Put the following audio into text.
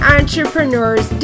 entrepreneurs